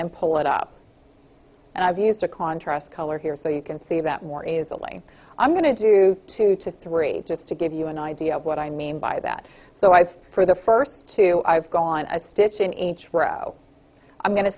and pull it up and i've used a contrast color here so you can see that more easily i'm going to do two to three just to give you an idea of what i mean by that so i think for the first two i've gone a stitch in each row i'm going to